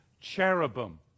cherubim